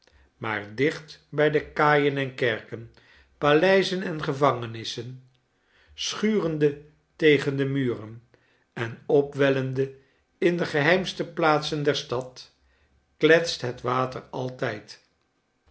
maar dicht bij de kaaien en kerken paleizen en gevangenissen schurende tegen de muren en opwellende in de geheimste plaatsen der stad kletst het water altijd